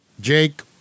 Jake